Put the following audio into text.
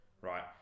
right